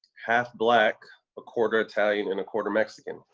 half-black, a quarter-italian and a quarter-mexican,